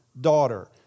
daughter